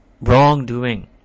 wrongdoing